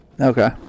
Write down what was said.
Okay